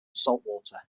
saltwater